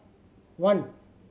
one